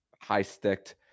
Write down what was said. high-sticked